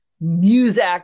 music